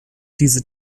diese